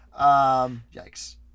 Yikes